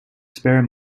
spare